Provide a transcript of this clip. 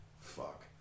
Fuck